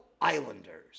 Islanders